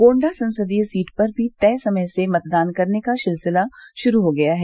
गोण्डा संसदीय सीट पर भी तय से मतदान करने का सिलसिला शुरू हो गया है